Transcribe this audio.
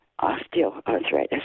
osteoarthritis